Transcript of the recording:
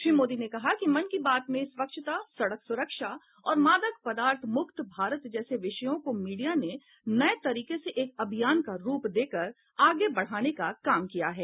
श्री मोदी ने कहा कि मन की बात में स्वच्छता सड़क सुरक्षा और मादक पदार्थ मुक्त भारत जैसे विषयों को मीडिया ने नये तरीके से एक अभियान का रूप देकर आगे बढ़ाने का काम किया है